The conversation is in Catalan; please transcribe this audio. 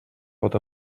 pot